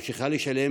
שממשיכה לשלם